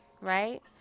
right